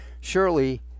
Surely